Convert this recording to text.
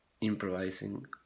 improvising